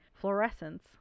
fluorescence